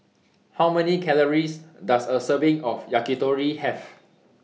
How Many Calories Does A Serving of Yakitori Have